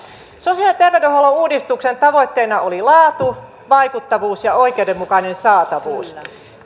sosiaali ja terveydenhuollon uudistuksen tavoitteena oli laatu vaikuttavuus ja oikeudenmukainen saatavuus